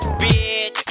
bitch